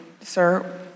sir